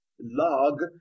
log